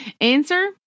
Answer